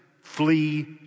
flee